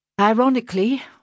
Ironically